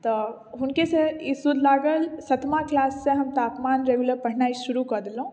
तऽ हुनके सॅं ई सुर लागल सतमा क्लास सॅं हम तापमान रेगुलर पढ़नाइ शुरू क देलहुॅं